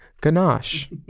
Ganache